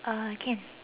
uh can